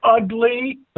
ugly